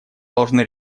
должны